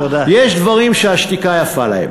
יש דברים שהשתיקה יפה להם.